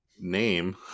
name